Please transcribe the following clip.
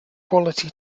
quality